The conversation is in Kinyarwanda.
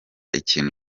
ikintu